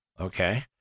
Okay